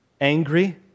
angry